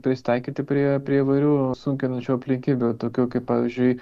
prisitaikyti prie prie įvairių sunkinančių aplinkybių tokių kaip pavyzdžiui